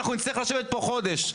אנחנו נצטרך לשבת פה חודש.